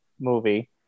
movie